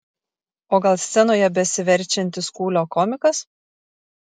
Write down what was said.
o gal scenoje besiverčiantis kūlio komikas